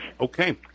Okay